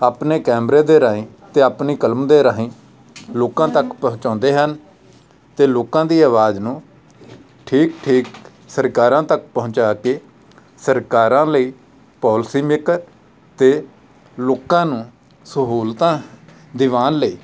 ਆਪਣੇ ਕੈਮਰੇ ਦੇ ਰਾਹੀਂ ਅਤੇ ਆਪਣੀ ਕਲਮ ਦੇ ਰਾਹੀਂ ਲੋਕਾਂ ਤੱਕ ਪਹੁੰਚਾਉਂਦੇ ਹਨ ਅਤੇ ਲੋਕਾਂ ਦੀ ਆਵਾਜ਼ ਨੂੰ ਠੀਕ ਠੀਕ ਸਰਕਾਰਾਂ ਤੱਕ ਪਹੁੰਚਾ ਕੇ ਸਰਕਾਰਾਂ ਲਈ ਪੋਲਸੀ ਮੇਕਰ ਅਤੇ ਲੋਕਾਂ ਨੂੰ ਸਹੂਲਤਾਂ ਦਿਵਾਉਣ ਲਈ